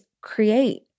create